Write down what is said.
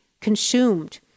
consumed